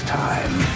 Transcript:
time